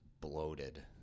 bloated